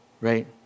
right